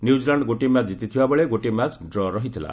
New Zealand ଗୋଟିଏ match କିତିଥିବାବେଳେ ଗୋଟିଏ ମ୍ୟାଚ୍ ଡ୍ର ରହିଥିଲା